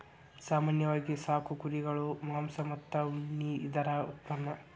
ಸಾಮಾನ್ಯವಾಗಿ ಸಾಕು ಕುರುಗಳು ಮಾಂಸ ಮತ್ತ ಉಣ್ಣಿ ಇದರ ಉತ್ಪನ್ನಾ